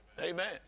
Amen